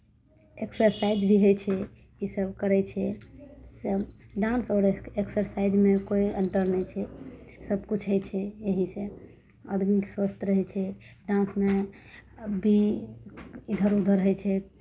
exercise भी होइ छै इसभ करै छै सभ डांस आओर एक्स एक्सरसाइजमे कोइ अन्तर नहि छै सभकिछु होइ छै एहीसँ आदमी स्वस्थ रहै छै डांसमे भी इधर उधर होइ छै